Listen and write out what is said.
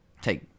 take